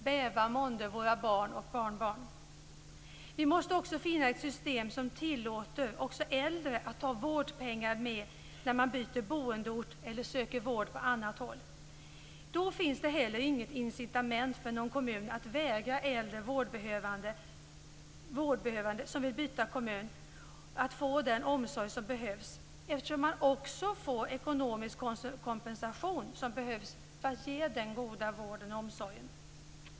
Bäva månde våra barn och barnbarn. Vi måste också finna ett system som tillåter även äldre att ta vårdpengar med när man byter boendeort eller söker vård på annat håll. Då finns det heller inget incitament för någon kommun att vägra äldre vårdbehövande som vill byta kommun att få den omsorg som behövs, eftersom man också får den ekonomiska kompensation som behövs för att ge den goda vården och omsorgen.